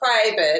private